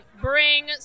bring